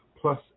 plus